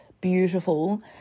beautiful